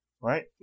right